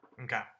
Okay